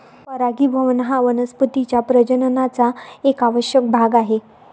परागीभवन हा वनस्पतीं च्या प्रजननाचा एक आवश्यक भाग आहे